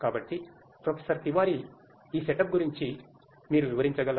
కాబట్టి ప్రొఫెసర్ తివారీ ఈ సెటప్ గురించి మీరు వివరించగలరా